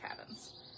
cabins